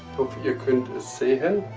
hope you can see it?